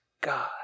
god